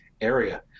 area